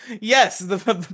Yes